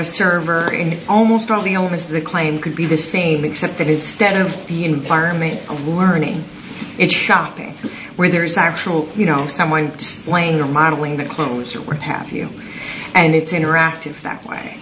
a server in almost all the owners the claim could be the same except that instead of the environment of learning and shopping where there is actual you know someone slaying or modeling the clothes or what have you and it's interactive that way